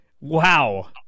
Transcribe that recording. Wow